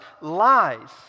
lies